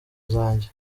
zanjye